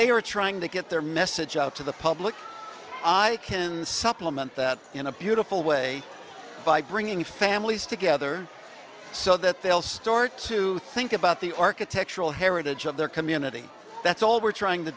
they are trying to get their message out to the public i can supplement that in a beautiful way by bringing families together so that they'll start to think about the architectural heritage of their community that's all we're trying to